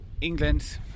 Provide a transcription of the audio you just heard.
England